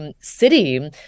city